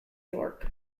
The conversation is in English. york